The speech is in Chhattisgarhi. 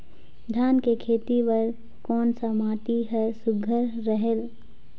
धान के खेती बर कोन सा माटी हर सुघ्घर रहेल?